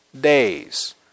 days